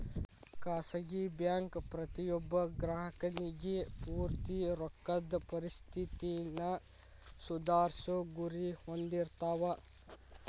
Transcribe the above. ಖಾಸಗಿ ಬ್ಯಾಂಕ್ ಪ್ರತಿಯೊಬ್ಬ ಗ್ರಾಹಕನಿಗಿ ಪೂರ್ತಿ ರೊಕ್ಕದ್ ಪರಿಸ್ಥಿತಿನ ಸುಧಾರ್ಸೊ ಗುರಿ ಹೊಂದಿರ್ತಾವ